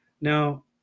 Now